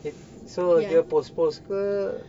eh so post post ke